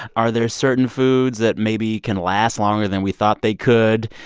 are there certain foods that maybe can last longer than we thought they could,